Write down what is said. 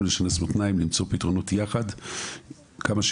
צריכים לשנס מותניים ולמצוא יחד פתרונות.